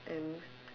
and